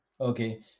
Okay